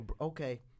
okay